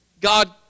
God